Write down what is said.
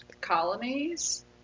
colonies